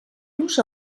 los